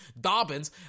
Dobbins